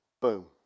Boom